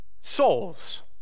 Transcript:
souls